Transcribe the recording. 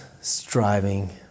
striving